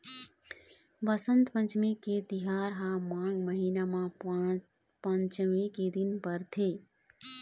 बसंत पंचमी के तिहार ह माघ महिना म पंचमी के दिन परथे